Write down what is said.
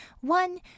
One